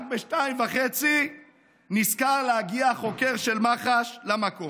רק ב-14:30 נזכר להגיע החוקר של מח"ש למקום.